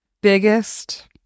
biggest